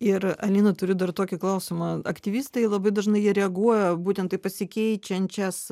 ir alina turi dar tokį klausimą aktyvistai labai dažnai jie reaguoja būtent taip pasikeičiančias